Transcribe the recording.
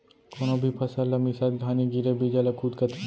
कोनो भी फसल ला मिसत घानी गिरे बीजा ल कुत कथें